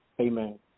Amen